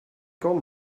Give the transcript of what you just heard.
gone